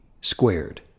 squared